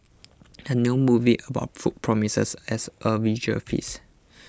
the new movie about food promises as a visual feast